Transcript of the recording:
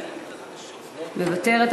מוותרת.